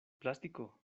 plástico